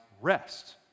rest